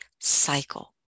cycle